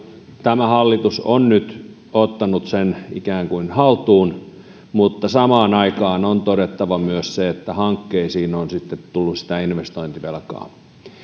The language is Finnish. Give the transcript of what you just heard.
tämä hallitus on nyt ottanut sen ikään kuin haltuun mutta samaan aikaan on todettava myös se että hankkeisiin on sitten tullut investointivelkaa